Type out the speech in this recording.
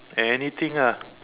anything ah